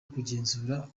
kugenzura